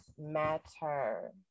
matter